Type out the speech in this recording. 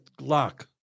Glock